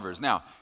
Now